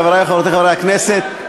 חברי וחברותי חברת הכנסת,